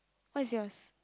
what is yours